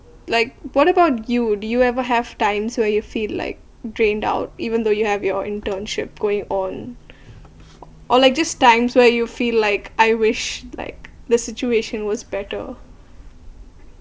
like what about you do you ever have times where you feel like drained out even though you have your internship going on or like just times where you feel like I wish like the situation was better